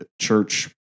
church